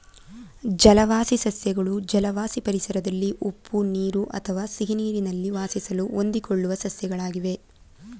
ಜಲವಾಸಿ ಸಸ್ಯಗಳು ಜಲವಾಸಿ ಪರಿಸರದಲ್ಲಿ ಉಪ್ಪು ನೀರು ಅಥವಾ ಸಿಹಿನೀರಲ್ಲಿ ವಾಸಿಸಲು ಹೊಂದಿಕೊಳ್ಳುವ ಸಸ್ಯಗಳಾಗಿವೆ